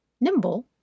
Nimble